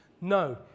no